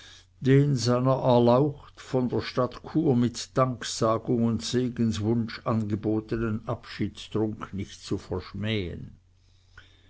den seiner erlaucht von der stadt chur mit danksagung und segenswunsch angebotenen abschiedstrunk nicht zu verschmähen